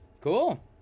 Cool